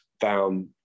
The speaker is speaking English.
found